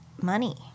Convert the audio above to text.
money